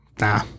nah